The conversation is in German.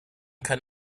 kann